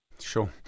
Sure